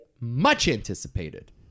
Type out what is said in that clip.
much-anticipated